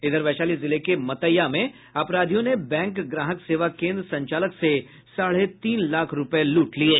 इधर वैशाली जिले के मतैया में अपराधियों ने बैंक ग्राहक सेवा केन्द्र संचालक से साढ़े तीन लाख रूपये लूट लिये